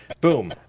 Boom